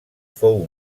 fou